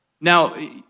Now